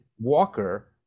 Walker